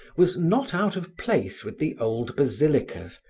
was not out of place with the old basilicas,